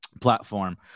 platform